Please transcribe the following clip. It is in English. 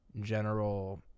general